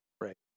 right